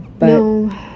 No